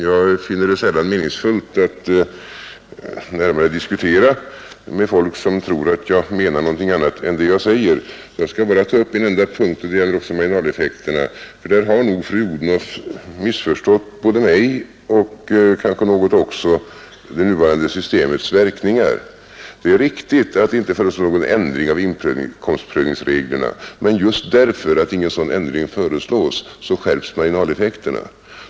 Jag finner det sällan meningsfullt att närmare diskutera med folk som tror att jag menar någonting annat än vad jag säger. Jag skall bara ta upp en enda punkt, och den gäller också marginaleffekterna. Där har nog fru Odhnoff missförstått både mig och kanske också det nuvarande systemets verkningar. Det är riktigt att det inte föreslås någon ändring i inkomstprövningsreglerna, men just därför skärps marginaleffekterna.